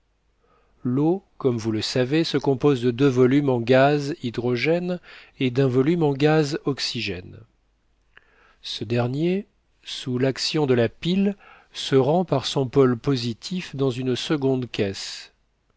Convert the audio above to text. l'eau comme vous le savez se compose de deux volumes en gaz hydrogène et d'un volume en gaz oxygène ce dernier sous l'action de la pile se rend par son pôle positif dans une seconde caisse